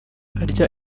arya